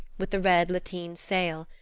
with the red lateen sail,